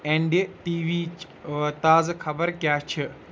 N D T ویٖچ تازٕ خبر کیٛاہ چھِ